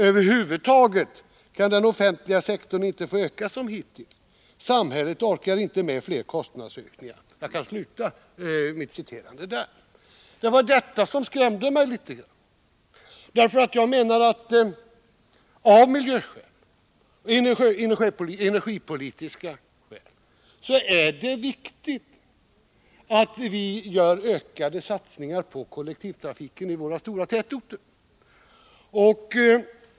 —-—-- Över huvud taget kan den offentliga sektorn inte få öka som hittills. Samhället orkar inte med fler kostnadsökningar.” Det var detta som skrämde mig litet grand. Jag menar att det av miljöskäl och av energipolitiska skäl är viktigt att vi gör ökade satsningar på kollektivtrafiken i våra stora tätorter.